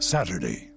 Saturday